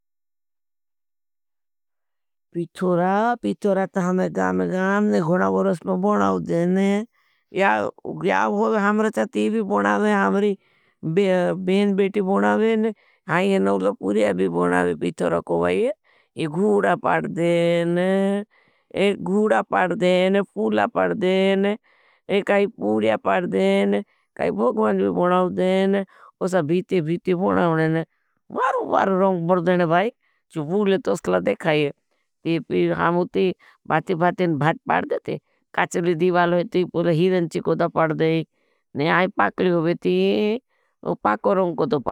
पिठोरा, पिठोरा ता हमें गामें गाम ने घोणा वरस में बनाओ देने या ग्याव होगे हमरे चास ते भी बनाओगे। हमरी बेन, बेटी बनाओगे हाई ये नौलो पूर्या भी बनाओगे पिठोरा को भाई ये ये गूडा पाड़ देन। ये गूडा पाड़ देन फूला पाड़ देन, ये काई पूर्या पाड़ देन, काई भोगमान भी बनाओ देन। उससा भीते भीते बनाओगे ने वार वार रंग बड़ देन भाई, जो बूले तो असला देखाई है। हम भाती भाते न भात पाड़ देते, काचली दिवाल है, तो पूर्या हीरन ची कोड़ा पाड़ दें, ने आई पाकली होगे ती, पाको रंग कोड़ा पाड़ दें।